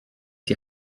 die